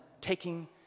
taking